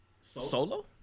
solo